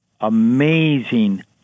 amazing